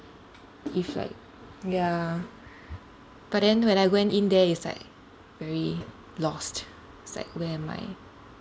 if like ya but then when I went in there it's like very lost it's like where am I